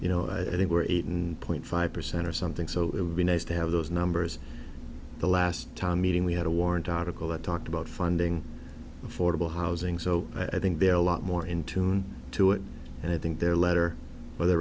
you know i think we're eight and point five percent or something so it would be nice to have those numbers the last time meeting we had a warrant article that talked about funding affordable housing so i think there are a lot more in tune to it and i think their letter by the